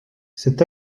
cet